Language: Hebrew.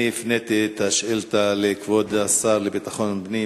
אני הפניתי את השאילתא לכבוד השר לביטחון פנים